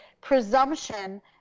presumption